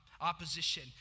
opposition